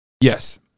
Yes